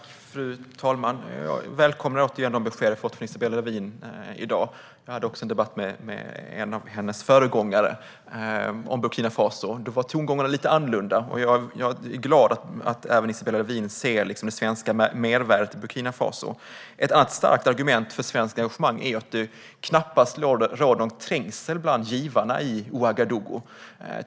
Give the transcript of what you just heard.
Fru talman! Jag välkomnar återigen de besked jag fått från Isabella Lövin i dag. Jag hade en debatt med en av hennes föregångare om Burkina Faso, och då var tongångarna lite annorlunda. Jag är glad att även Isabella Lövin ser det svenska mervärdet i Burkina Faso. Ett annat starkt argument för svenskt engagemang är att det knappast råder någon trängsel bland givarna i Ouagadougou.